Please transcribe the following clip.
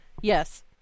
Yes